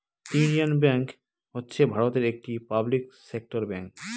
union Bank হচ্ছে ভারতের একটি পাবলিক সেক্টর ব্যাঙ্ক